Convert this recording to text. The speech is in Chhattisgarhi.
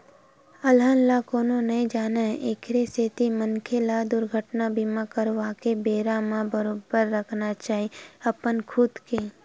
अलहन ल कोनो नइ जानय एखरे सेती मनखे ल दुरघटना बीमा करवाके बेरा म बरोबर रखना चाही अपन खुद के